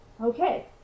okay